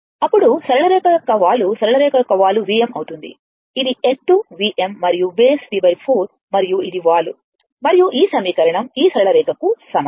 అప్పుడు సరళ రేఖ యొక్క వాలు సరళ రేఖ యొక్క వాలు Vm అవుతుంది ఇది ఎత్తు Vm మరియు బేస్ T 4 మరియు ఇది వాలు మరియు ఈ సమీకరణం ఈ సరళ రేఖకు సమానం